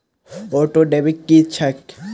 Auto debit की छैक?